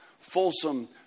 fulsome